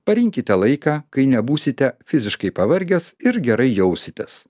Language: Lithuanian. parinkite laiką kai nebūsite fiziškai pavargęs ir gerai jausitės